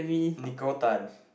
Nicole-Tan